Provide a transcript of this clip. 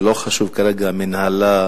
ולא חשוב כרגע מינהלה,